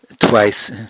twice